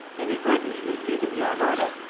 in adverting to the defeat of the armada,